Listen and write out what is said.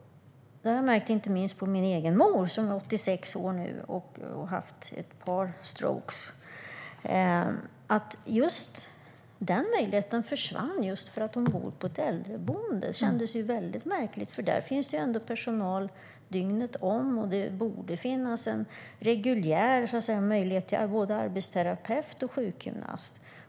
Detta har jag märkt inte minst på min egen mor som nu är 86 år och har haft ett par stroke. Den möjligheten försvann just för att hon bor på ett äldreboende. Det kändes väldigt märkligt, för där finns det ändå personal dygnet om, och det borde finnas en reguljär möjlighet till både arbetsterapeut och sjukgymnast.